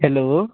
hello